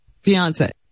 fiance